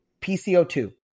PCO2